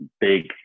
big